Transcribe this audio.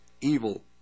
evil